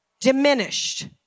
Diminished